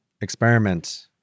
experiment